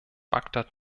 bagdad